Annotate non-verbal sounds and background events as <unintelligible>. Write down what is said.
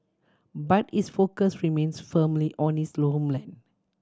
but his focus remains firmly on his <unintelligible> homeland